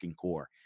core